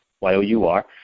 Y-O-U-R